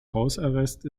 hausarrest